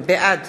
בעד